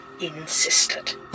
insisted